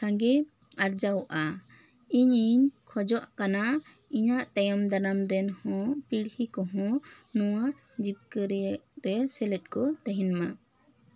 ᱥᱟᱝᱜᱮ ᱟᱨᱡᱟᱣᱚᱜᱼᱟ ᱤᱧᱤᱧ ᱠᱷᱚᱡᱚᱜ ᱠᱟᱱᱟ ᱤᱧᱟᱜ ᱛᱟᱭᱚᱢ ᱫᱟᱨᱟᱢ ᱨᱮᱱ ᱦᱚᱸ ᱯᱤᱲᱦᱤ ᱠᱚᱦᱚᱸ ᱱᱚᱶᱟ ᱡᱤᱵᱠᱟᱹ ᱨᱮᱭᱟᱜ ᱨᱮ ᱥᱮᱞᱮᱫ ᱠᱚ ᱛᱟᱦᱮᱸᱱ ᱢᱟ